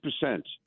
percent—